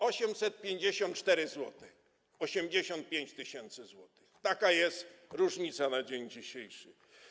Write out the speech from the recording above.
854 zł i 85 tys. zł - taka jest różnica na dzień dzisiejszy.